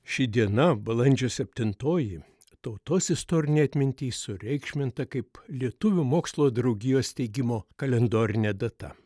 ši diena balandžio septintoji tautos istorinėj atminty sureikšminta kaip lietuvių mokslo draugijos steigimo kalendorinė data